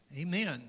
Amen